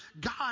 God